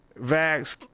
vax